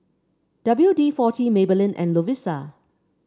W D forty Maybelline and Lovisa